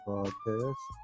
Podcast